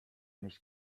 nicht